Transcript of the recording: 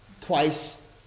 twice